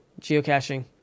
geocaching